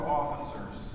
officers